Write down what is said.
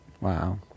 Wow